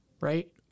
right